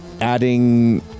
adding